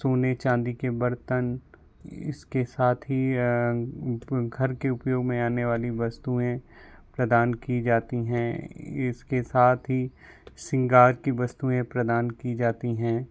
सोने चांदी के बर्तन इसके साथ ही घर के उपयोग में आने वाली वस्तुएँ प्रदान की जाती हैं इसके साथ ही सिंगार की वस्तुएँ प्रदान की जाती हैं